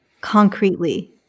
concretely